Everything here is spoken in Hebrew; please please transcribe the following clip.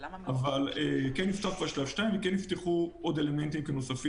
אבל כן נפתח כבר שלב 2 וכן נפתחו עוד אלמנטים נוספים